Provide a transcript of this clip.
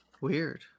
Weird